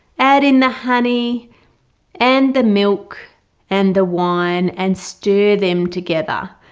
add in the honey and the milk and the wine and stir them together.